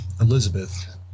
elizabeth